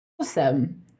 awesome